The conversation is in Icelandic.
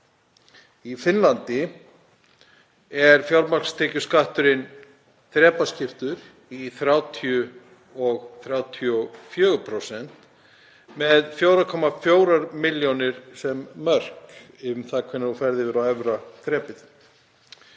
Í Finnlandi er fjármagnstekjuskatturinn þrepaskiptur í 30 og 34%, með 4,4 milljóna mörk um það hvenær þú ferð yfir á efra þrepið.